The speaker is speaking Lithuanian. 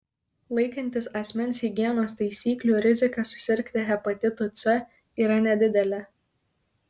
laikantis asmens higienos taisyklių rizika susirgti hepatitu c yra nedidelė